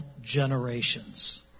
generations